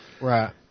Right